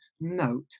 note